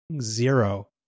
zero